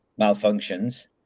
malfunctions